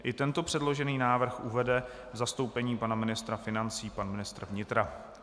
I tento předložený návrh uvede v zastoupení pana ministra financí pan ministr vnitra.